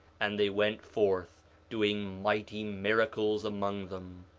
and they went forth doing mighty miracles among them.